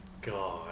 God